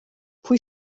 pwy